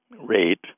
rate